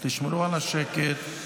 תשמרו על השקט.